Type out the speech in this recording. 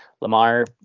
Lamar